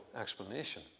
explanation